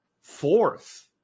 fourth